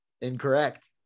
Incorrect